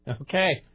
Okay